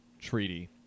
treaty